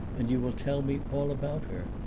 and you will tell me all about her.